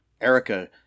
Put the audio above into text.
Erica